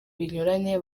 binyuranye